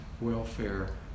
welfare